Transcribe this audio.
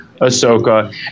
Ahsoka